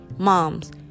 Moms